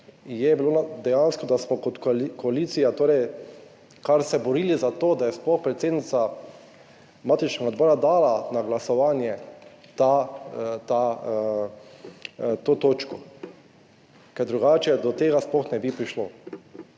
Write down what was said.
je bilo dejansko, da smo se kot koalicija kar se borili za to, da je sploh predsednica matičnega odbora dala na glasovanje to točko, ker drugače do tega sploh ne bi prišlo.